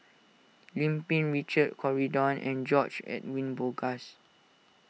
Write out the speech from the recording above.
Lim Pin Richard Corridon and George Edwin Bogaars